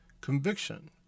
Conviction